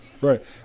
Right